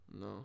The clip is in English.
No